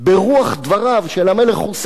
ברוח דבריו של המלך חוסיין,